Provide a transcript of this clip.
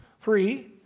Three